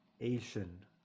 Asian